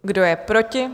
Kdo je proti?